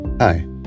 Hi